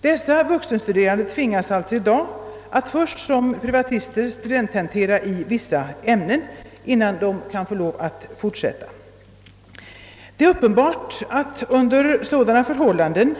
Dessa vuxenstuderande tvingas alltså i dag att först som privatister studenttentera i vissa ämnen innan de får lov att fortsätta. Det är uppenbart att genom upphörandet